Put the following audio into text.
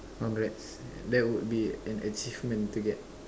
congrats that would be an achievement to get